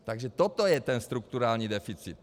Takže toto je strukturální deficit!